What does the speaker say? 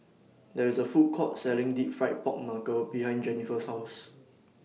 There IS A Food Court Selling Deep Fried Pork Knuckle behind Jennifer's House